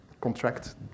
contract